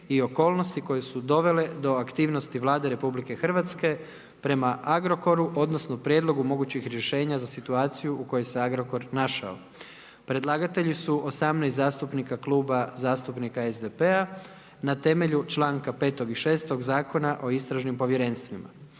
i okolnosti koje su dovele do aktivnosti Vlade Republike Hrvatske prema Agrokoru, odnosno, prijedloga mogućeg rešenja za situaciju u kojoj se Agrokor našao. Predlagatelj su 18 zastupnika, Kluba zastupnika SDP-a a rasprava je zaključena. Nakon što je rasprava